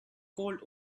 called